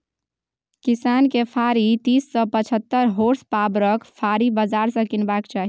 किसान केँ फारी तीस सँ पचहत्तर होर्सपाबरक फाड़ी बजार सँ कीनबाक चाही